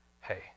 hey